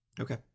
Okay